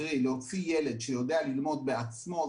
קרי להוציא ילד שיודע ללמוד בעצמו,